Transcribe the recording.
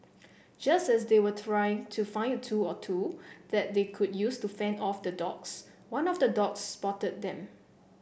just as they were trying to find a tool or two that they could use to fend off the dogs one of the dogs spotted them